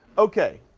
okay.